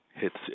hits